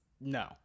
no